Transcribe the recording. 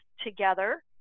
together